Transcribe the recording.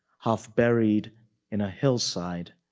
half buried in a hillside,